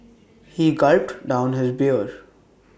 he gulped down his beer